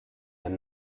den